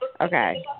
Okay